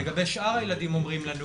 לגבי שאר הילדים אומרים לנו